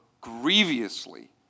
grievously